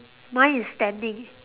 mine is standing